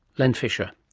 len fisher